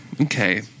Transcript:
Okay